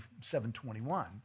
7.21